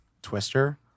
twister